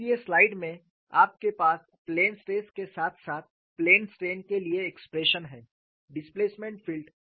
इस स्लाइड में आपके पास प्लेन स्ट्रेस के साथ साथ प्लेन स्ट्रेन के लिए एक्सप्रेशन है डिस्प्लेसमेंट फील्ड